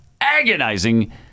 agonizing